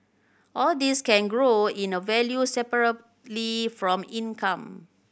all these can grow in the value separately from income